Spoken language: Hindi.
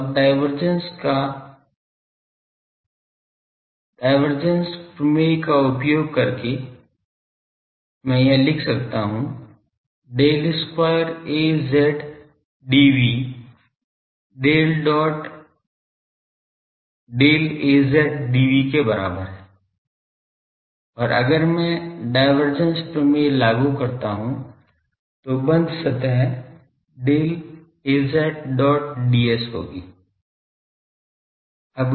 तो अब डाइवर्जेन्स प्रमेय का उपयोग करके मैं यह लिख सकता हूँ Del square Az dv del dot del Az dv के बराबर है और अब अगर मैं डाइवर्जेंस प्रमेय लागू करता हूं जो बंद सतह del Az dot ds होगी